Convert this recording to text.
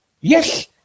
Yes